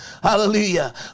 Hallelujah